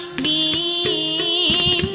be